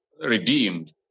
redeemed